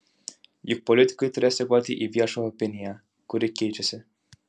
juk politikai turės reaguoti į viešą opiniją kuri keičiasi